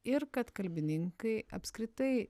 ir kad kalbininkai apskritai